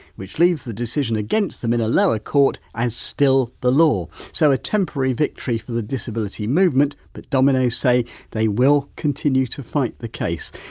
which leaves the decision against them in a lower court as still the law. so, a temporary victory for the disability movement but domino's say they will continue to fight the case.